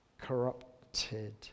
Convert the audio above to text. corrupted